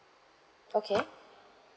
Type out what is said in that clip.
okay